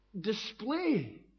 display